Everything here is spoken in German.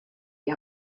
die